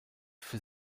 für